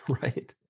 Right